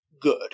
good